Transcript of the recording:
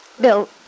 Bill